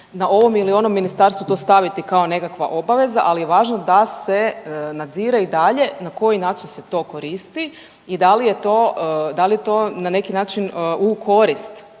na ovom ili onom ministarstvu to staviti kao nekakva obaveza, ali je važno da se nadzire i dalje na koji način se to koristi i da li je to, da li je to na neki način u korist